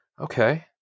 Okay